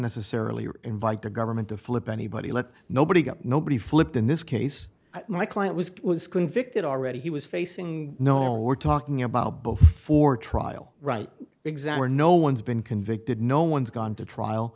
necessarily invite the government to flip anybody let nobody nobody flipped in this case my client was was convicted already he was facing you know we're talking about before trial right xander no one's been convicted no one's gone to trial